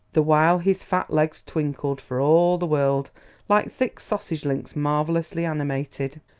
the while his fat legs twinkled for all the world like thick sausage links marvelously animated.